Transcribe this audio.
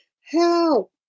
help